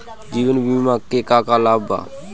जीवन बीमा के का लाभ बा?